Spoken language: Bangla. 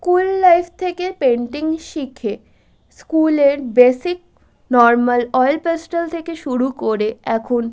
স্কুল লাইফ থেকে পেন্টিং শিখে স্কুলের বেসিক নরম্যাল অয়েল প্যাস্টেল থেকে শুরু করে এখন